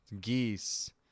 geese